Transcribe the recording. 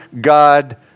God